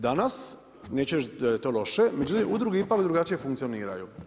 Danas neću reći da je to loše, međutim udruge ipak drugačije funkcioniraju.